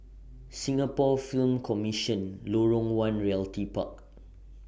Singapore Film Commission Lorong one Realty Park